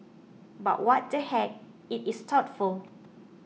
but what the heck it is thoughtful